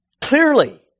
Clearly